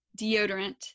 deodorant